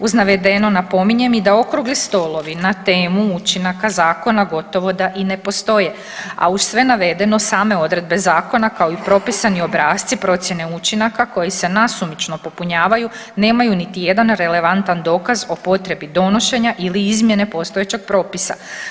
Uz navedeno napominjem da i okrugli stolovi na temu učinaka zakona gotovo da i ne postoje, a uz sve navedeno same odredbe zakona kao i propisani obrasci procjene učinaka koji se nasumično popunjavaju nemaju niti jedan relevantan dokaz o potrebi donošenja ili izmjene postojećeg propisa.